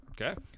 Okay